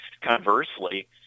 Conversely